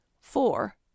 four